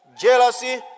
Jealousy